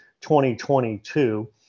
2022